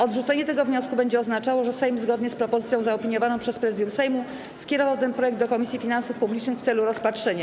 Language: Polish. Odrzucenie tego wniosku będzie oznaczało, że Sejm zgodnie z propozycją zaopiniowaną przez Prezydium Sejmu skierował ten projekt do Komisji Finansów Publicznych w celu rozpatrzenia.